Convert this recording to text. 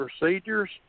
procedures